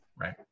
right